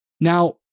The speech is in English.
Now